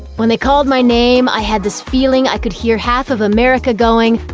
when they called my name i had this feeling i could hear half of america going,